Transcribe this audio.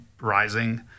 rising